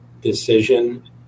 decision